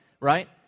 Right